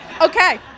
Okay